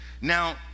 Now